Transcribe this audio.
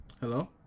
Hello